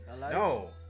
No